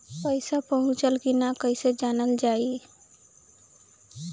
पैसा पहुचल की न कैसे जानल जाइ?